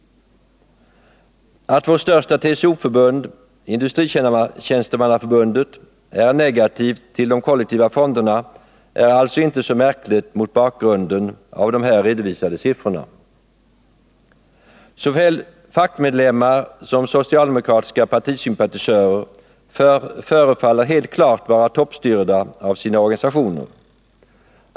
Att vårt största TCO-förbund, Industritjänstemannaförbundet, är negativt till de kollektiva fonderna är alltså inte så märkligt mot bakgrund av de här redovisade siffrorna. Såväl fackmedlemmar som socialdemokratiska partisympatisörer förefaller helt klart vara toppstyrda av sina organisationer.